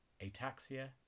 ataxia